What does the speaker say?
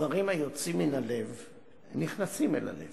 דברים היוצאים מן הלב נכנסים אל הלב.